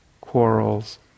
quarrels